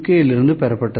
யிலிருந்து பெறப்பட்டது